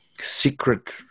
secret